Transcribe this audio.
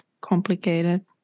complicated